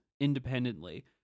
independently